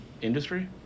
industry